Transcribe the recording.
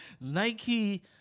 Nike